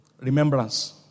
Remembrance